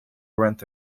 rent